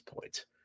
point